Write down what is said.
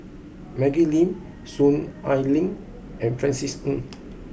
Maggie Lim Soon Ai Ling and Francis Ng